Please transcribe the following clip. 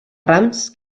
rams